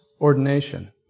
ordination